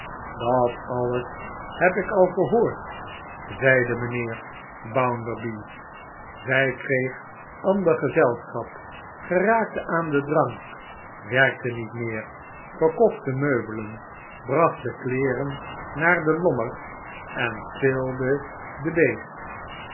dat alles heb ik al gehoord zeide mijnheer bounderby zij kreeg ander gezelschap geraakte aan den drank werkte niet meer verkocht de meubelen bracht de kleeren naar den lommerd en speelde den beest